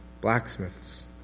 Blacksmiths